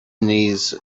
knees